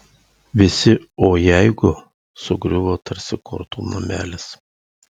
visi o jeigu sugriuvo tarsi kortų namelis